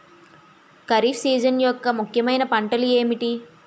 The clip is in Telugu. ఖరిఫ్ సీజన్ యెక్క ముఖ్యమైన పంటలు ఏమిటీ?